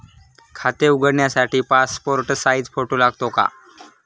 खाते उघडण्यासाठी passport size photo लागतो का?